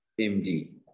md